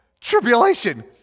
Tribulation